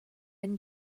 been